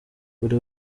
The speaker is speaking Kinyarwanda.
buri